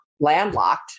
landlocked